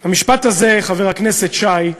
המשפט הזה, חבר הכנסת שי,